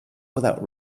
without